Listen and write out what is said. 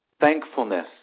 Thankfulness